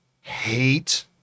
hate